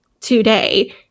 today